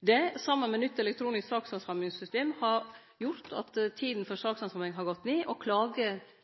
Dette saman med nytt elektronisk sakshandsamingssystem har gjort at tida for sakshandsaming har gått ned, og klager